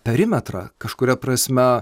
perimetrą kažkuria prasme